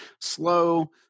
slow